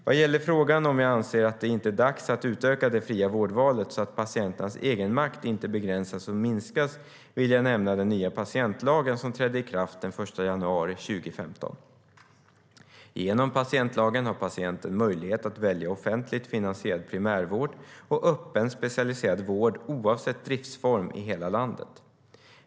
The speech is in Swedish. Vad gäller frågan om jag inte anser att det är dags att utöka det fria vårdvalet så att patienternas egenmakt inte begränsas och minskas vill jag nämna den nya patientlagen som trädde i kraft den 1 januari 2015. Genom patientlagen har patienten möjlighet att välja offentligt finansierad primärvård och öppen specialiserad vård, oavsett driftsform, i hela landet.